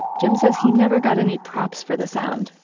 jim says he never got any props for the sound,